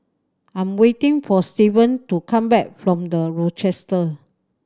I'm waiting for Steven to come back from The Rochester